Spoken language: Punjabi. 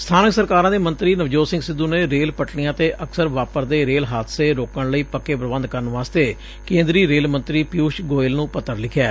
ਸਬਾਨਕ ਸਰਕਾਰਾਂ ਦੇ ਮੰਤਰੀ ਨਵਜੋਤ ਸਿੰਘ ਸਿੱਧੂ ਨੇ ਰੇਲ ਪਟੜੀਆਂ ਤੇ ਅਕਸਰ ਵਾਪਰਦੇ ਰੇਲ ਹਾਦਸੇ ਰੋਕਣ ਲਈ ਪੱਕੇ ਪ੍ਰੰਬਧ ਕਰਨ ਵਾਸਤੇ ਕੇਂਦਰੀ ਰੇਲ ਮੰਤਰੀ ਪਿਯੂਸ਼ ਗੋਇਲ ਨੂੰ ਪੱਤਰ ਲਿਖਿਐ